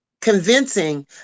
convincing